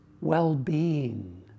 well-being